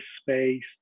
space